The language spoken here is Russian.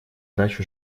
дачу